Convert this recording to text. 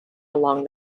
along